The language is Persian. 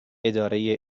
اداره